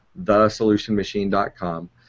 thesolutionmachine.com